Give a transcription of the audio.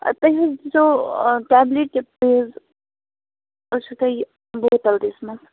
تۄہہ حظ دِژیٚو آ ٹیبلِٹ یۅس حظ ٲسو تۄہہِ لوکَل دِژمٕژ